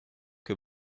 que